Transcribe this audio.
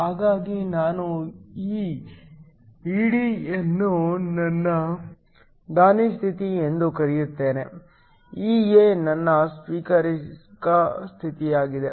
ಹಾಗಾಗಿ ನಾನು ಈ ED ಯನ್ನು ನನ್ನ ದಾನಿ ಸ್ಥಿತಿ ಎಂದು ಕರೆಯುತ್ತೇನೆ EA ನನ್ನ ಸ್ವೀಕಾರ ಸ್ಥಿತಿಯಾಗಿದೆ